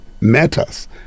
matters